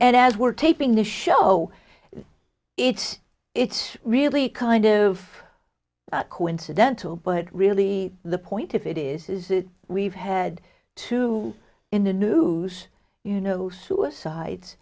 as we're taping this show it it's really kind of coincidental but really the point if it is is that we've had two in the new you know suicides